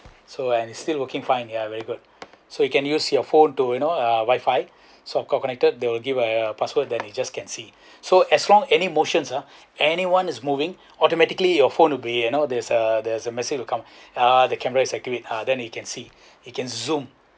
so and is still working fine ya very good so you can use your phone to you know uh wifi so to connected they'll give uh password then you just can see so as long any motions ah anyone is moving automatically your phone would be you know there's a there's a message will come ah the camera is circulate ah then you can see you can zoom